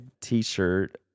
t-shirt